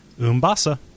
Umbasa